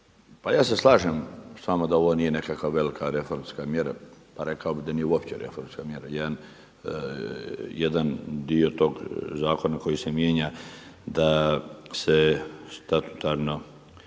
Pa ja se slažem s vama da ovo nije nekakva velika reformska mjera, rekao bi da nije uopće reformska mjera. Jedan dio tog zakona koji se mijenja da se statutarno